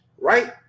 right